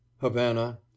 Havana